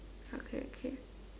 okay okay